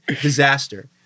disaster